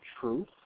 truth